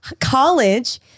college